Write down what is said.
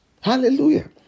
Hallelujah